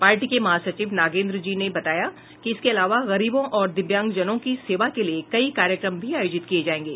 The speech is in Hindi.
पार्टी के महासचिव नागेन्द्र जी ने बताया कि इसके अलावा गरीबों और दिव्यांगजनों की सेवा के लिये कई कार्यक्रम भी आयोजित किये जायेंगे